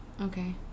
Okay